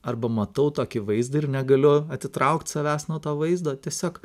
arba matau tokį vaizdą ir negaliu atitraukt savęs nuo to vaizdo tiesiog